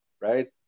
right